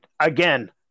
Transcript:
Again